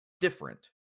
different